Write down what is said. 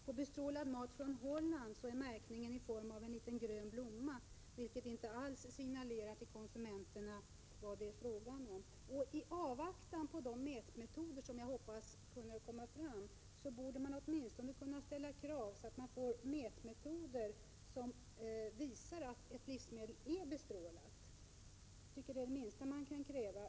På bestrålad mat från Holland utgörs märkningen av en liten grön blomma, vilket inte alls signalerar till konsumenterna vad det är fråga om. I avvaktan på de mätmetoder som jag hoppas kommer att kunna tillämpas borde man åtminstone ställa krav på sådan märkning som visar att ett livsmedel är bestrålat. Det är det minsta man kan kräva.